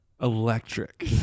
Electric